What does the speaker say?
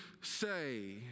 say